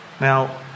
Now